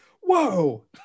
whoa